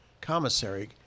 commissary